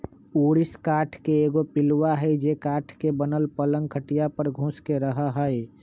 ऊरिस काठ के एगो पिलुआ हई जे काठ के बनल पलंग खटिया पर घुस के रहहै